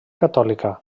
catòlica